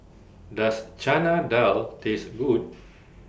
Does Chana Dal Taste Good